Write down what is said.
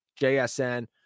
JSN